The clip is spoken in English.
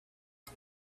off